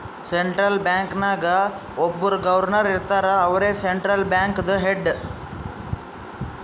central bank ನಾಗ್ ಒಬ್ಬುರ್ governor ಇರ್ತಾರ ಅವ್ರೇ ಸೆಂಟ್ರಲ್ ಬ್ಯಾಂಕ್ದು ಹೆಡ್